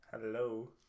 Hello